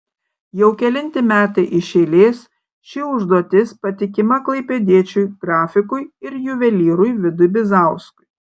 jau kelinti metai iš eilės ši užduotis patikima klaipėdiečiui grafikui ir juvelyrui vidui bizauskui